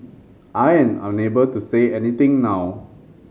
I am unable to say anything now